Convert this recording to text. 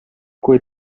kui